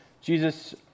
Jesus